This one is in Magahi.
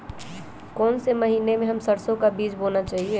कौन से महीने में हम सरसो का बीज बोना चाहिए?